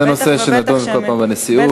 זה נושא שנדון כל פעם בנשיאות.